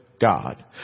God